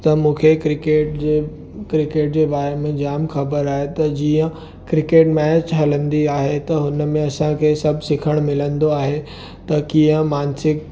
त मूंखे क्रिकेट जे क्रिकेट जे बारे में जामु ख़बर आहे त जीअं क्रिकेट मैच हलंदी आहे त हुन में असांखे सभु सिखणु मिलंदो आहे त कीअं मानसिक